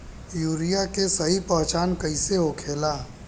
Urea के सही पहचान कईसे होखेला?